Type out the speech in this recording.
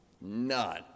None